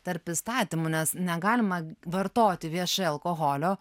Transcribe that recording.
tarp įstatymų nes negalima vartoti viešai alkoholio